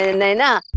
and naina